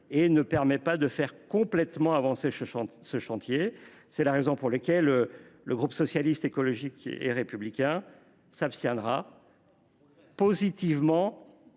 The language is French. et ne permet pas de faire complètement avancer ce chantier. C’est la raison pour laquelle le groupe Socialiste, Écologiste et Républicain s’abstiendra. On